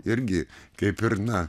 irgi kaip ir na